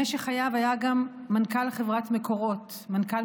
במשך חייו היה גם מנכ"ל חברת מקורות ומנכ"ל